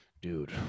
Dude